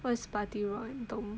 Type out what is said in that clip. what's party rock anthem